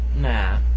Nah